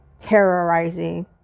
terrorizing